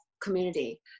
community